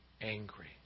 angry